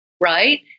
right